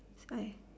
I